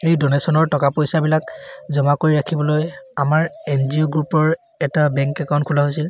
এই ডনেশ্যনৰ টকা পইচাবিলাক জমা কৰি ৰাখিবলৈ আমাৰ এন জি অ' গ্ৰুপৰ এটা বেংক একাউণ্ট খোলা হৈছিল